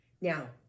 now